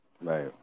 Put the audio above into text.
Right